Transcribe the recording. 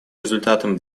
результатом